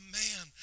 man